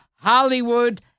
Hollywood